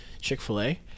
Chick-fil-A